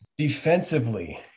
defensively